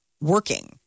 working